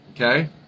okay